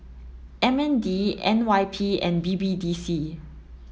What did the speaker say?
M N D N Y P and B B D C